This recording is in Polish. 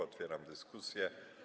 Otwieram dyskusję.